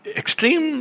extreme